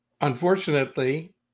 unfortunately